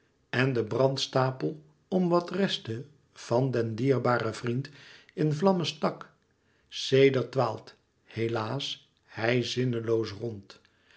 en den brandstapel om wat restte van den dierbaren vriend in vlamme stak sedert dwaalt helaas hij zinneloos rond